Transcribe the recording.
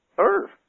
Earth